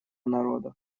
народа